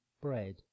bread